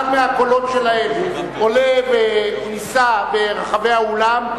מהקולות שלהם עולה ונישא ברחבי האולם,